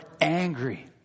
angry